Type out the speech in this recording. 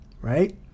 Right